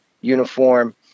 uniform